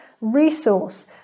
resource